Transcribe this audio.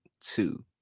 two